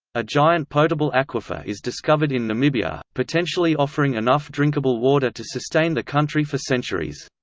a giant potable aquifer is discovered in namibia, potentially offering enough drinkable water to sustain the country for centuries.